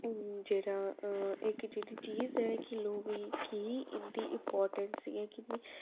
जेह्ड़ा अ इक जेह्ड़ी चीज ऐ कि लोकें गी इं'दी इंपारटैंस ऐ किन्नी